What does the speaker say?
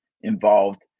involved